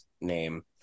name